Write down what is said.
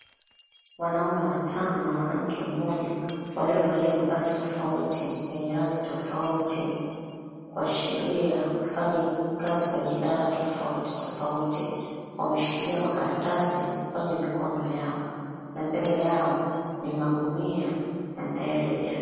Wanaume watano na mwanamke mmoja waliovalia mavazi tofauti yenye rangi tofauti kuashiria kufanya kazi kwenye idara tofauti tofauti wameshikilia makaratasi kwenye mikono yao na mbele yao ni magunia ambayo yaliyojazwa.